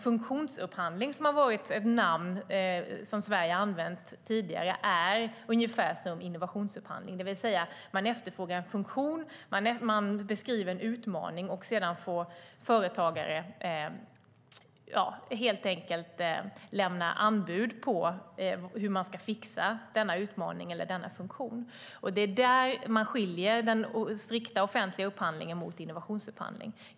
Funktionsupphandling har varit ett begrepp som Sverige har använt tidigare, och det är ungefär som innovationsupphandling, det vill säga man efterfrågar en funktion och beskriver en utmaning, och sedan får företagare helt enkelt lämna anbud på hur de ska fixa denna utmaning eller funktion. Det är där den strikta offentliga upphandlingen skiljer sig från innovationsupphandling.